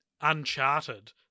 Uncharted